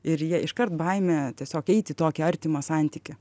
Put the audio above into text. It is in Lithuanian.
ir jie iškart baimė tiesiog eiti į tokį artimą santykį